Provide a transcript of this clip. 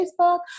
facebook